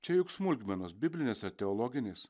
čia juk smulkmenos biblinės ar teologinės